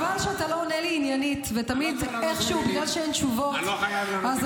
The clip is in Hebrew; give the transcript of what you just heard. חבל שאתה לא עונה לי עניינית -- אני לא חייב לענות עניינית.